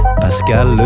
Pascal